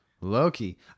Loki